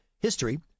history